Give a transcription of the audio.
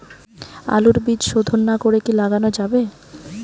আলুর বীজ শোধন না করে কি লাগানো যাবে?